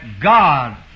God